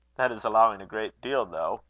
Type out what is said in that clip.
that is allowing a great deal, though.